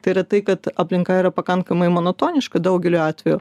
tai yra tai kad aplinka yra pakankamai monotoniška daugeliu atvejų